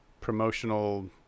promotional